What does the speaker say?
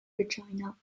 regina